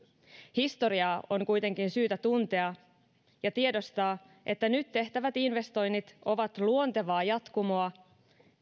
historiaa on kuitenkin syytä tuntea ja tiedostaa että nyt tehtävät investoinnit ovat luontevaa jatkumoa